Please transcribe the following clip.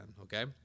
okay